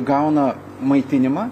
gauna maitinimą